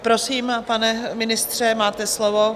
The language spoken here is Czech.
Prosím, pane ministře, máte slovo.